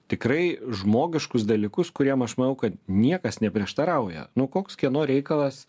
tikrai žmogiškus dalykus kuriem aš manau kad niekas neprieštarauja nu koks kieno reikalas